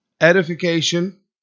Edification